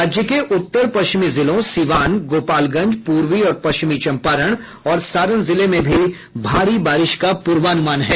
राज्य के उत्तर पश्चिमी जिलों सीवान गोपालगंज प्रर्वी और पश्चिमी चंपारण और सारण जिले में भी भारी बारिश का पूर्वानुमान है